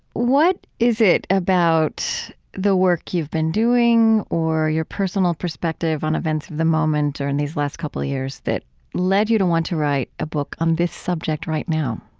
what is it about the work you've been doing or your personal perspective on events of the moment or in these last couple of years that led you to want to write a book on this subject right now?